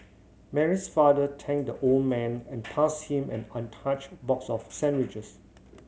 Mary's father thanked the old man and passed him an untouched box of sandwiches